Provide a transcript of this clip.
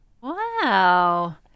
Wow